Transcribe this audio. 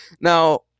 now